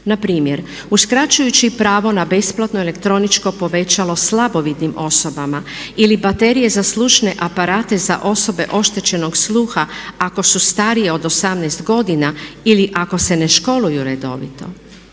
Na primjer uskračujući i pravo na besplatno elektroničko povećalo slabovidnim osobama ili baterije za slušne aparate za osobe oštećenog sluha ako su starije od 18 godina ili ako se ne školuju redovito.